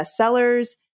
bestsellers